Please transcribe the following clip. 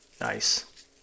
nice